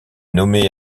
nommé